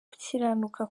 gukiranuka